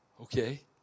Okay